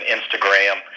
Instagram